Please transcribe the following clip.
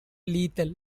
lethal